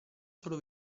solo